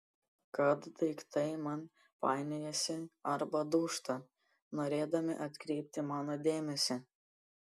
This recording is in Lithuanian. kad daiktai man painiojasi arba dūžta norėdami atkreipti mano dėmesį